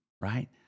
right